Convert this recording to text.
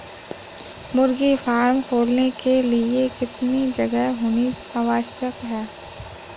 मुर्गी फार्म खोलने के लिए कितनी जगह होनी आवश्यक है?